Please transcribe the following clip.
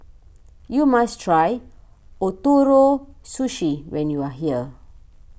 you must try Ootoro Sushi when you are here